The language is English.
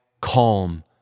calm